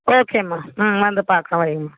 okay அம்மா ம் வந்து பார்க்குறன் வை அம்மா